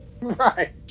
Right